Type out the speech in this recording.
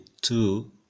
two